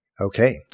Okay